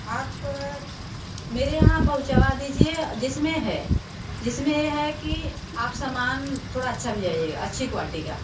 आप मेरे यहाँ पहुँचवा दीजिए जिसमें है जिसमें ये है कि आप सामान थोड़ा अच्छा ले आइएगा अच्छी क्वालटी का